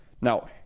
Now